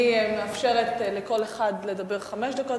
אני מאפשרת לכל אחד לדבר חמש דקות,